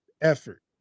effort